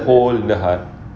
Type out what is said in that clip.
hole in the heart